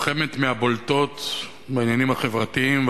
לוחמת מהבולטות בעניינים החברתיים,